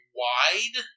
wide